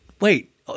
wait